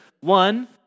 One